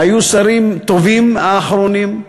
והיו שרים טובים, האחרונים,